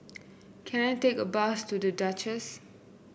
can I take a bus to The Duchess